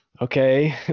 okay